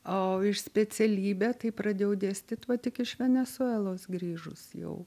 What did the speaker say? o iš specialybę tai pradėjau dėstyt va tik iš venesuelos grįžus jau